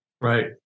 Right